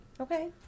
Okay